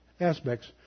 aspects